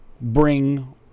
bring